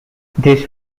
this